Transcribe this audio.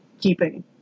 keeping